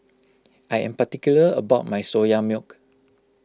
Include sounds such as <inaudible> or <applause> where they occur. <noise> I am particular about my Soya Milk